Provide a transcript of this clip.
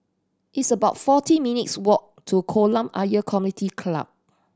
it's about forty minutes' walk to Kolam Ayer Community Club